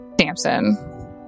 Samson